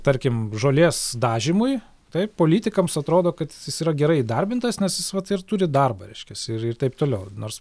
tarkim žolės dažymui taip politikams atrodo kad jis yra gerai įdarbintas nes jis vat ir turi darbą reiškias ir ir taip toliau nors